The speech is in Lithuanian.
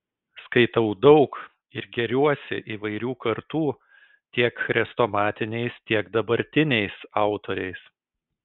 skaitau daug ir gėriuosi įvairių kartų tiek chrestomatiniais tiek dabartiniais autoriais